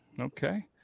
Okay